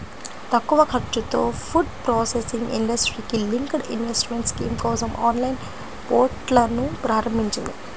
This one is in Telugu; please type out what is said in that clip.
తక్కువ ఖర్చుతో ఫుడ్ ప్రాసెసింగ్ ఇండస్ట్రీకి లింక్డ్ ఇన్సెంటివ్ స్కీమ్ కోసం ఆన్లైన్ పోర్టల్ను ప్రారంభించింది